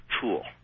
tool